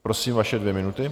Prosím, vaše dvě minuty.